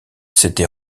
s’était